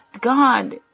God